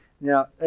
Now